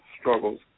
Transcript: struggles